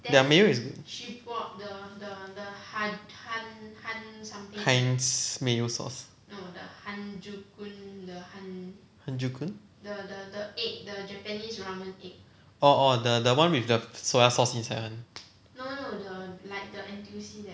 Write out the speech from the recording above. their mayo is good han's mayo sauce hanjukoon oh oh the the one with the soya sauce inside one